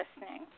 listening